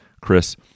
Chris